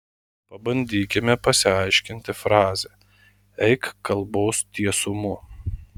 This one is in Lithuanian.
pabandykime pasiaiškinti frazę eik kalbos tiesumu